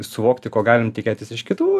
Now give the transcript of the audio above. suvokti ko galim tikėtis iš kitų